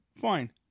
Fine